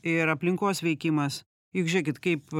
ir aplinkos veikimas juk žiūrėkit kaip